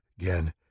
again